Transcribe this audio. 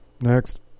Next